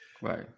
Right